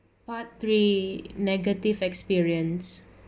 part three negative experience